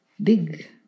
Big